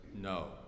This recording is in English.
no